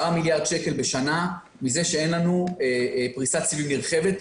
מיליארד שקלים בשנה מזה שאין לנו פריסת סיבים נרחבת.